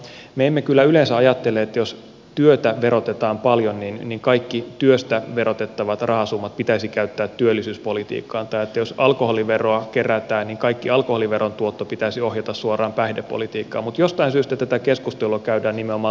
me emme kyllä yleensä ajattele että jos työtä verotetaan paljon niin kaikki työstä verotettavat rahasummat pitäisi käyttää työllisyyspolitiikkaan tai että jos alkoholiveroa kerätään niin kaikki alkoholiveron tuotto pitäisi ohjata suoraan päihdepolitiikkaan mutta jostain syystä tätä keskustelua käydään nimenomaan liikenteen suhteen